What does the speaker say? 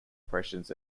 operations